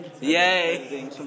Yay